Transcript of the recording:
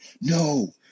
no